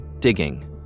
digging